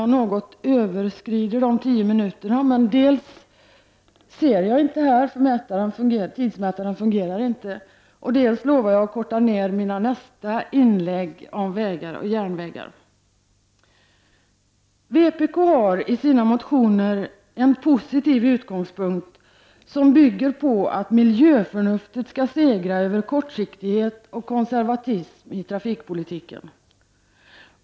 Vänsterpartiet har i sina motioner en positiv utgångspunkt som bygger på att miljöförnuftet skall segra över kortsiktighet och konservatism i trafikpolitiken.